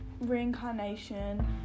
reincarnation